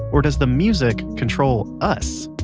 or does the music control us?